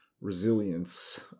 resilience